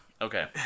Okay